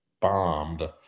bombed